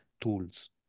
tools